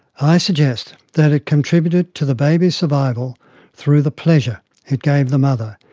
i suggest that it contributed to the baby's survival through the pleasure it gave the mother.